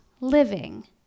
living